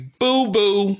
boo-boo